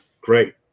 Great